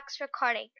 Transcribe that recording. recording